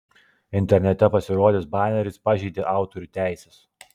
internete pasirodęs baneris pažeidė autorių teises